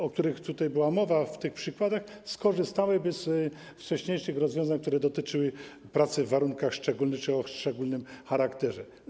o których tutaj była mowa w tych przykładach, skorzystałyby z wcześniejszych rozwiązań, które dotyczyły pracy w warunkach szczególnych czy o szczególnym charakterze.